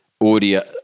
audio